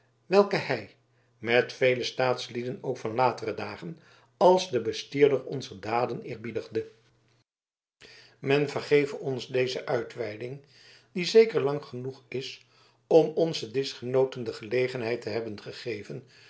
welke hij met vele staatslieden ook van latere dagen als de bestierder onzer daden eerbiedigde men vergeve ons deze uitweiding die zeker lang genoeg is om onzen dischgenooten de gelegenheid te hebben gegeven